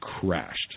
crashed